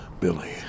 Billy